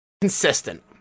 Consistent